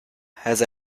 has